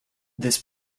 this